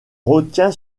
retient